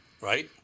right